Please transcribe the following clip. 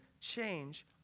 change